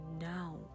now